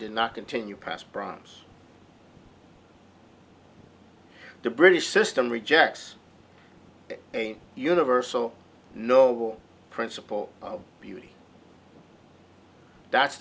did not continue past bronze the british system rejects a universal no principle of beauty that's